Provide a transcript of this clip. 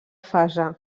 fase